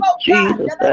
Jesus